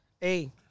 Hey